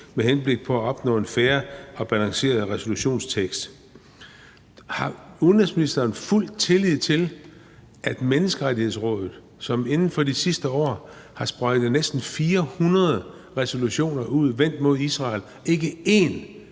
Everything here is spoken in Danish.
med henblik på at opnå en fair og balanceret resolutionstekst. Har udenrigsministeren fuld tillid til, at Menneskerettighedsrådet, som inden for de sidste år har sprøjtet næsten 400 resolutioner ud mod Israel og ikke én